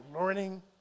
learning